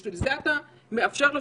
אם אדם מקבל הודעה שעליו להיכנס